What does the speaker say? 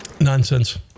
nonsense